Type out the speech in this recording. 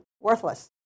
worthless